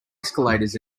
escalators